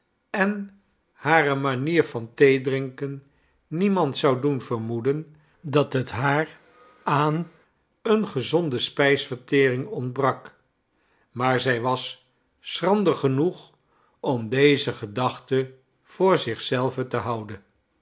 en hare manier van theedrinken niemand zouden doen vermoeden dat het haar aan eene gezonde spijsvertering ontbrak maar zij was schrander genoeg om deze gedachte voor zich zelve te houden